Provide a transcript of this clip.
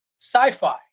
sci-fi